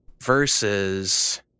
versus